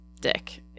dick